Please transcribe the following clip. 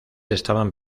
estaban